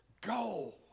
Go